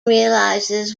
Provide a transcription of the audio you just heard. realizes